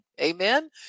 Amen